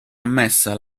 ammessa